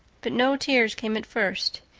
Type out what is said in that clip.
but no tears came at first,